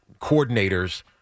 coordinators